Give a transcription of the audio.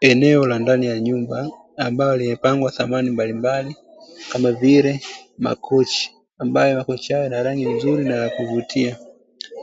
Eneo la ndani ya nyuma ambalo limepangwa samani mbalimbali, kama vile makochi, ambayo makochi hayo yana rangi nzuri na yakuvutia,